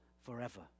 forever